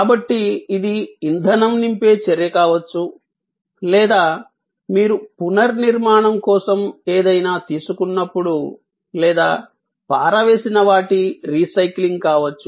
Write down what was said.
కాబట్టి ఇది ఇంధనం నింపే చర్య కావచ్చు లేదా మీరు పునర్నిర్మాణం కోసం ఏదైనా తీసుకున్నప్పుడు లేదా పారవేసిన వాటి రీసైక్లింగ్ కావచ్చు